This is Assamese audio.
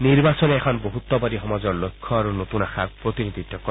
নিৰ্বাচনে এখন বহুত্বাদী সমাজৰ লক্ষ্য আৰু নতুন আশাক প্ৰতিনিধিত্ব কৰে